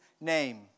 name